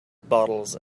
bottles